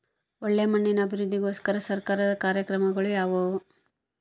ಒಳ್ಳೆ ಮಣ್ಣಿನ ಅಭಿವೃದ್ಧಿಗೋಸ್ಕರ ಸರ್ಕಾರದ ಕಾರ್ಯಕ್ರಮಗಳು ಯಾವುವು?